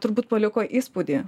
turbūt paliko įspūdį